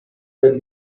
the